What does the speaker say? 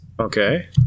Okay